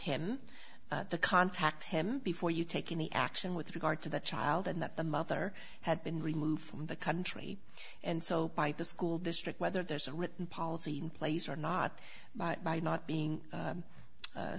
to contact him before you take any action with regard to the child and that the mother had been removed from the country and so by the school district whether there's a written policy in place or not but by not being